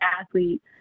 athlete